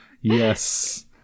Yes